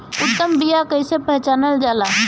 उत्तम बीया कईसे पहचानल जाला?